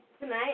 tonight